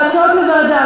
ההצעות לוועדה,